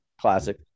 Classic